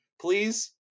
Please